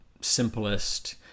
simplest